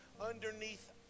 underneath